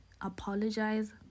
apologize